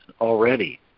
already